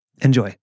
Enjoy